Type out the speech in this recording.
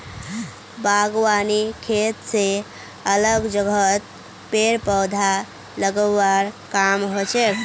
बागवानी खेत स अलग जगहत पेड़ पौधा लगव्वार काम हछेक